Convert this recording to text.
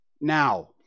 now